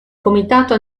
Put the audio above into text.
comitato